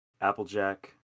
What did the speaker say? Applejack